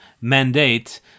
mandate